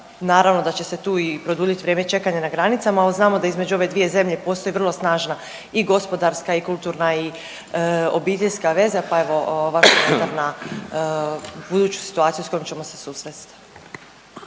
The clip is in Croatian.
naravno da će se tu i produljit vrijeme čekanja na granicama jer znamo da između ove dvije zemlje postoji vrlo snažna i gospodarska i kulturna i obiteljska veza pa evo vaš komentar na buduću situaciju s kojom ćemo se susresti.